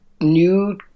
new